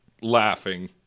laughing